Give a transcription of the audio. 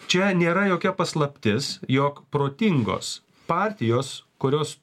čia nėra jokia paslaptis jog protingos partijos kurios